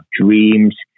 dreams